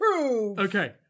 Okay